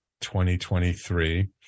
2023